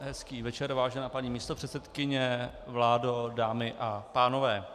Hezký večer, vážená paní místopředsedkyně, vládo, dámy a pánové.